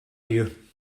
you